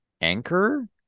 anchor